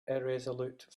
irresolute